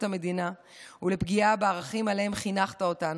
המדינה ולפגיעה בערכים שעליהם חינכת אותנו.